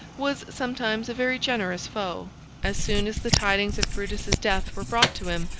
was sometimes a very generous foe as soon as the tidings of brutus's death were brought to him,